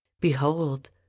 behold